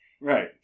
Right